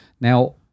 Now